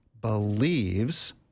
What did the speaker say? believes